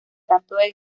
canto